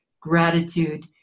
gratitude